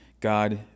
God